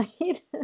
right